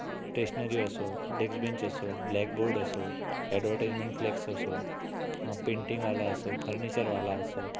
stationary असो desk bench असो blackboard असो अॅडवरटाइजमेंट फ्लेक्स असो पेंटिगवाला असो फर्निचरवाला असो